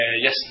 Yes